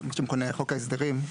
מה שמכונה חוק ההסדרים,